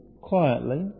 quietly